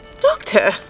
Doctor